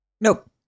Nope